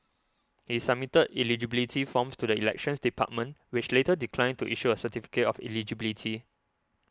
he submitted eligibility forms to the Elections Department which later declined to issue a certificate of eligibility